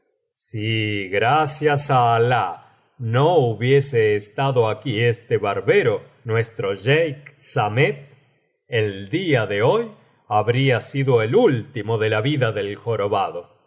si gracias á alah no hubiese estado aquí este barbero nuestro jeique samet el día de hoy habría sido biblioteca valenciana generalitat valenciana las mil noches y una noche el último de la vida del jorobado